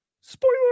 Spoiler